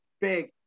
big